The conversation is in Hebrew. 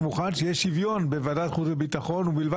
מוכן שיהיה שוויון בוועדת חוץ וביטחון בין החברים